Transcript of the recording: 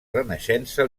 renaixença